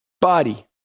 body